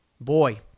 boy